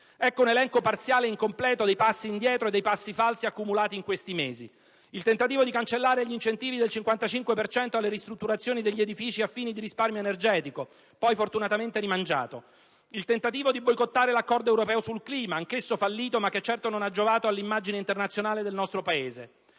Ecco un elenco parziale e incompleto dei passi indietro e dei passi falsi accumulati in questi mesi: il tentativo di cancellare gli incentivi del 55 per cento alle ristrutturazioni degli edifici a fini di risparmio energetico, poi fortunatamente rimangiato; il tentativo di boicottare l'accordo europeo sul clima, anch'esso fallito ma che certo non ha giovato all'immagine internazionale del nostro Paese.